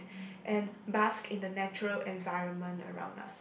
and bask in the natural environment around us